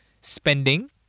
spending